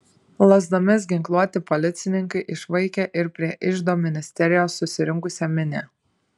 lazdomis ginkluoti policininkai išvaikė ir prie iždo ministerijos susirinksią minią